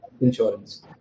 insurance